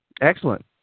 Excellent